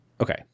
Okay